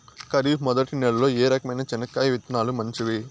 ఖరీఫ్ మొదటి నెల లో ఏ రకమైన చెనక్కాయ విత్తనాలు మంచివి